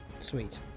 Sweet